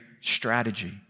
strategy